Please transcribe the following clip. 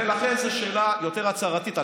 ולכן, זו שאלה יותר הצהרתית.